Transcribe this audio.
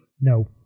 No